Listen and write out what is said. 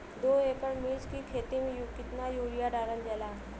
दो एकड़ मिर्च की खेती में कितना यूरिया डालल जाला?